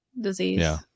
disease